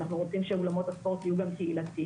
אנחנו רוצים שאולמות הספורט יהיו גם קהילתיים,